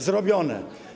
Zrobione.